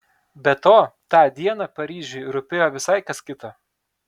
be to tą dieną paryžiui rūpėjo visai kas kita